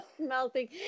melting